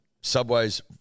subway's